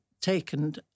taken